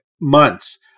months